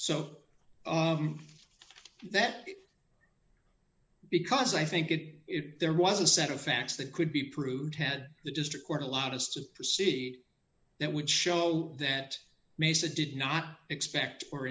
so that because i think it there was a set of facts that could be proved ted the district court allowed us to see that would show that mesa did not expect or